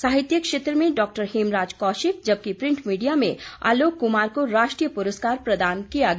साहित्य क्षेत्र में डॉ हेमराज कौशिक जबकि प्रिंट मीडिया में आलोक कुमार को राष्ट्रीय पुरस्कार प्रदान किया गया